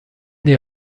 des